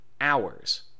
hours